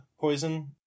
poison